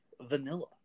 vanilla